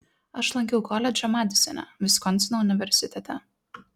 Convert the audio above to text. aš lankiau koledžą madisone viskonsino universitete